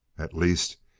at least,